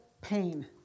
pain